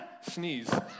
sneeze